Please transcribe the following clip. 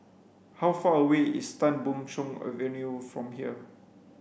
how far away is Tan Boon Chong Avenue from here